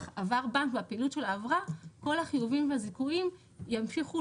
עבר בנק והפעילות שלו עברה כל החיובים והזיכויים ימשיכו